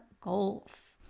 goals